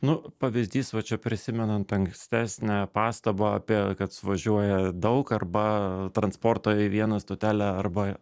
nu pavyzdys va čia prisimenant ankstesnę pastabą apie kad suvažiuoja daug arba transporto į vieną stotelę arba